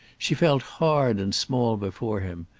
she felt hard and small before him.